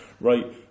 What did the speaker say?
right